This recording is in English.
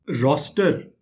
roster